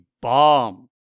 bomb